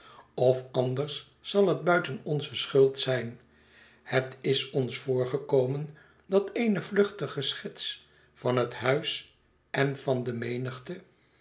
of anders zal het buiten onze schuld zijn het is ons voorgekomen dat eene vluchtige schets van het huis en van de menigte